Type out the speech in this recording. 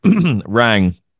rang